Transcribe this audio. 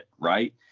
right